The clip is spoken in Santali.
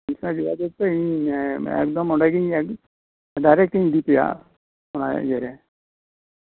ᱤᱧ ᱥᱟᱶ ᱡᱳᱜᱟᱡᱳᱜᱽ ᱯᱮ ᱮᱠᱫᱚᱢ ᱰᱟᱭᱨᱮᱠᱴ ᱤᱧ ᱤᱫᱤ ᱯᱮᱭᱟ ᱚᱱᱟ ᱤᱭᱟᱹ ᱨᱮ